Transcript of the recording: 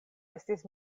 estis